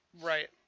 Right